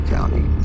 County